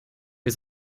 wir